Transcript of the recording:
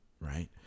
right